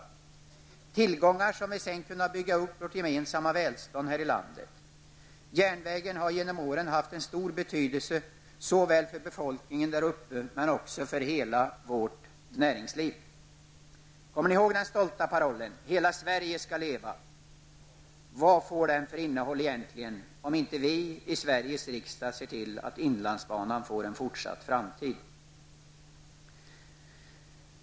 Med dessa tillgångar har vi sedan kunnat bygga upp vårt gemensamma välstånd här i landet. Järnvägen har genom åren haft en stor betydelse såväl för befolkningen där uppe som för hela vårt näringsliv. Kommer ni ihåg den stolta parollen ''Hela Sverige skall leva''? Vad får den egentligen för innehåll om inte vi i Sveriges riksdag ser till att inlandsbanan får en fortsatt framtid?